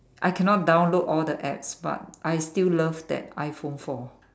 I cannot download all the apps but I still love that iPhone four